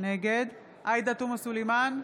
נגד עאידה תומא סלימאן,